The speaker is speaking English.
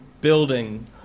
building